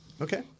Okay